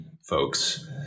folks